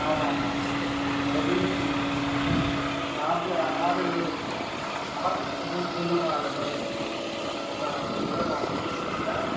ஆமாம்மா அது அப்ளிகேஷன்னு ஆஃபீஸில் ஆஃபீஸில் ஆஃபீஸில் போய் சொல்லுங்கள் இதுமாதிரி நான்